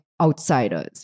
outsiders